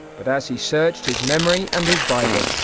but as he searched his memory and his bible,